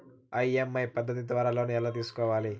EMI పద్ధతి ద్వారా loan ఎలా తీసుకోవాలి